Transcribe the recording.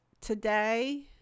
today